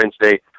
Wednesday